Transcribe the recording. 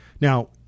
Now